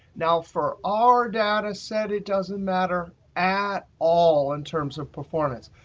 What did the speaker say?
now for our data set it doesn't matter at all in terms of performance,